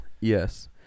Yes